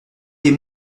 des